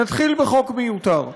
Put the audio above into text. נתחיל בחוק מיותר.